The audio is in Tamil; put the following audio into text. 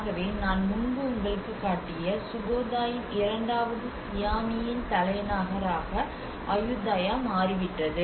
ஆகவேதான் நான் முன்பு உங்களுக்குக் காட்டிய சுகோதாயின் இரண்டாவது சியாமியின் தலைநகராக அயுதாயா மாறிவிட்டது